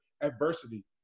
adversity